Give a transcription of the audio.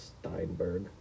Steinberg